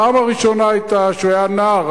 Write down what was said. הפעם הראשונה היתה כשהוא היה נער.